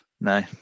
No